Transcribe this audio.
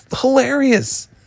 hilarious